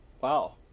Wow